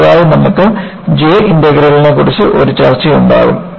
അടുത്തതായി നമുക്ക് J ഇന്റഗ്രലിനെക്കുറിച്ച് ഒരു ചർച്ച ഉണ്ടാകും